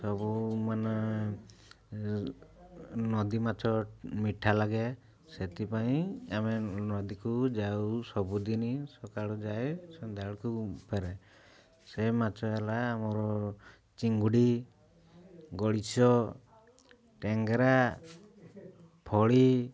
ସବୁ ମାନେ ନଦୀ ମାଛ ମିଠା ଲାଗେ ସେଥିପାଇଁ ଆମେ ନଦୀକୁ ଯାଉ ସବୁଦିନ ସକାଳୁ ଯାଏ ସନ୍ଧ୍ୟାବେଳକୁ ଫେରେ ସେ ମାଛ ହେଲା ଆମର ଚିଙ୍ଗୁଡ଼ି ଗଡ଼ିଶା ଟେଙ୍ଗରା ଫଳି